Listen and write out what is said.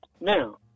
Now